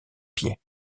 pieds